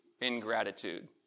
ingratitude